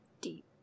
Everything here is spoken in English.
Deep